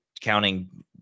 counting